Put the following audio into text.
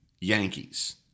Yankees